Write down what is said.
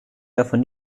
davon